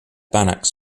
banach